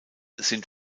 sind